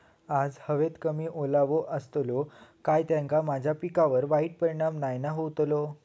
आज हवेत कमी ओलावो असतलो काय त्याना माझ्या पिकावर वाईट परिणाम नाय ना व्हतलो?